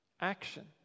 Action